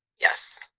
Yes